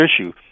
issue